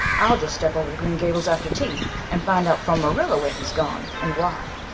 i'll just step over to green gables after tea and find out from marilla where he's gone and why,